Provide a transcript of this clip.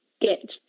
get